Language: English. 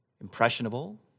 impressionable